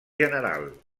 general